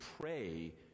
pray